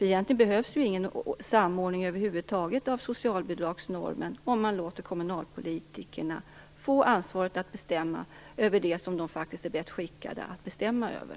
Egentligen behövs det ju ingen samordning över huvud taget av socialbidragsnormen om man låter kommunalpolitikerna få ansvaret att bestämma över det som de faktiskt är bäst skickade att bestämma över.